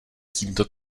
tímto